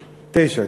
תשעה,